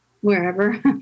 wherever